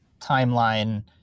timeline